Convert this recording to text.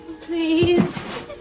Please